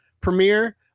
premiere